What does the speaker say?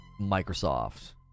Microsoft